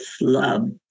love